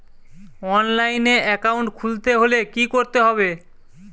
অনলাইনে একাউন্ট খুলতে হলে কি করতে হবে?